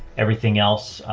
everything else.